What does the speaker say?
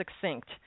succinct